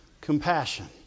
compassion